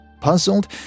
Puzzled